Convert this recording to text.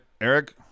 Eric